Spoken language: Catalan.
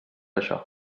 això